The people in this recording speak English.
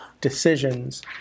decisions